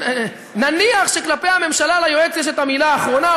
נניח שכלפי הממשלה ליועץ יש המילה האחרונה,